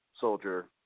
soldier